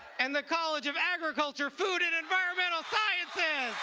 and the college of agriculture, food and environmental sciences